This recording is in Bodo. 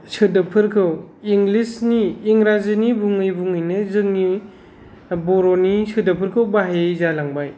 सोदोबफोरखौ इंलिसनि इंराजीनि बुङै बुङैनो जोंनि बर'नि सोदोबफोरखौ बाहायै जालांबाय